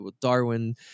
darwin